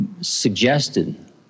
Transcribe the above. suggested